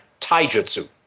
taijutsu